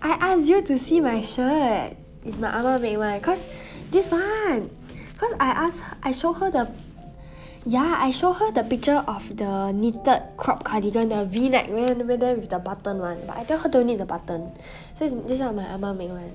I ask you to see my shirt is my 阿嫲 make [one] cause this [one] cause I ask I show her the ya I show her the picture of the knitted cropped cardigan the V-neck neh over there with the button [one] but I tell her don't need the button so this [one] my 阿嫲 made [one]